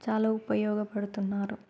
చాలా ఉపయోగపడుతున్నారు